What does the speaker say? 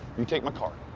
you take my card.